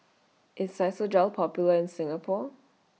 IS Physiogel Popular in Singapore